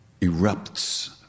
erupts